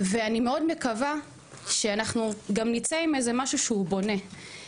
ואני מאוד מקווה שאנחנו גם נצא עם איזה משהו שהוא בונה.